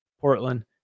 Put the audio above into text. Portland